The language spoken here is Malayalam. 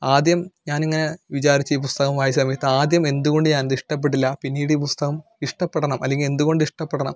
ആദ്യം ഞാനിങ്ങനെ വിചാരിച്ചു ഈ പുസ്തകം വായിച്ച സമയത്ത് ആദ്യം എന്തുകൊണ്ട് ഞാനിത് ഇഷ്ടപ്പെട്ടില്ല പിന്നീട് ഈ പുസ്തകം ഇഷ്ടപ്പെടണം അല്ലെങ്കിൽ എന്തുകൊണ്ട് ഇഷ്ടപ്പെടണം